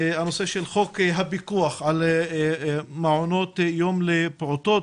הנושא של חוק הפיקוח על מעונות יום לפעוטות,